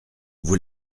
vous